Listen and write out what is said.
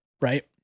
right